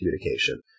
communication